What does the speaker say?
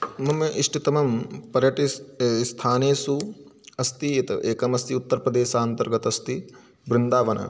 मम इष्टतमं पर्यटनस्थानेषु अस्ति यत् एकम् अस्ति उत्तरप्रदेशान्तर्गतस्ति वृन्दावनम्